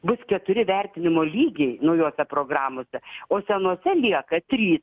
bus keturi vertinimo lygiai naujose programose o senose lieka trys